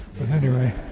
but anyway.